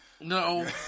No